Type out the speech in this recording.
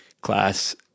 class